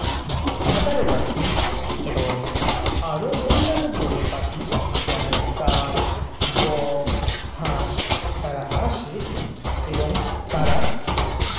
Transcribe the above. ছাতারে পাখি এবং আরও অন্যান্য ধরনের পাখি যেমন কাক বক হাঁস তারা আসে এবং তারা